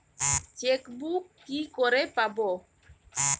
Chequebook কি করে পাবো?